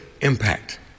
impact